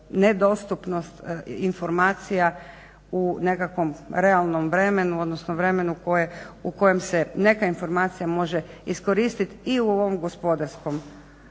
nedostupnost informacija u nekakvom realnom vremenu, odnosno vremenu u kojem se neka informacija može iskoristi i u ovom gospodarskom